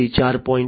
0 industry 4